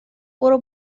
برو